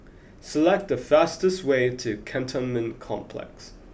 select the fastest way to Cantonment Complex